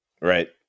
Right